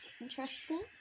Interesting